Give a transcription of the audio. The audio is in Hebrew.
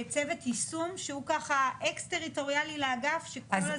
צוות יישום שהוא אקסטריטוריאלי לאגף שכל הזמן